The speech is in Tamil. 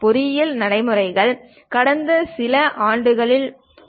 பொறியியல் நடைமுறைகள் கடந்த சில நூறு ஆண்டுகளில் உள்ளன